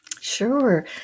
Sure